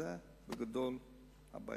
זאת, בגדול, הבעיה.